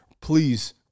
Please